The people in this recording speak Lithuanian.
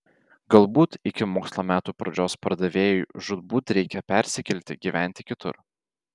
galbūt iki mokslo metų pradžios pardavėjui žūtbūt reikia persikelti gyventi kitur